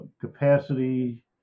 capacity